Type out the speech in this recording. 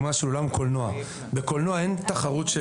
בקולנוע אין תחרות.